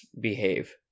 behave